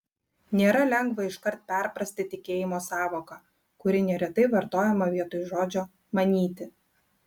nėra lengva iškart perprasti tikėjimo sąvoką kuri neretai vartojama vietoj žodžio manyti